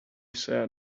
said